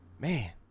Man